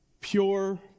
pure